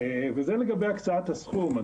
וזה לגבי הקצאת הסכום.